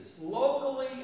locally